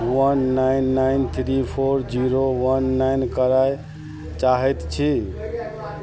वन nine nine three four zero one nine करै चाहै छी